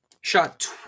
shot